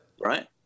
Right